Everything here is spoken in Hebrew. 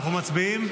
אנחנו מצביעים?